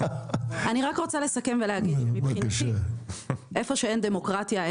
אני רוצה לסכם ולומר שהיכן שאין דמוקרטיה,